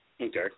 Okay